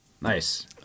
Nice